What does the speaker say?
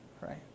right